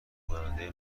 کننده